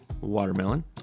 watermelon